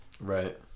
Right